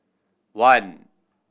one